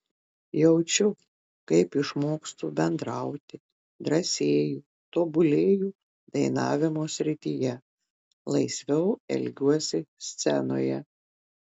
jaučiu kaip išmokstu bendrauti drąsėju tobulėju dainavimo srityje laisviau elgiuosi scenoje